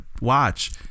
watch